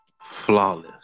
flawless